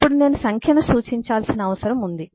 ఇప్పుడు నేను సంఖ్యను సూచించాల్సిన అవసరం ఉంది